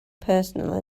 personal